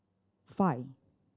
five